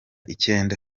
icyenda